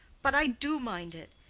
but i do mind it.